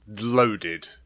loaded